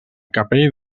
capell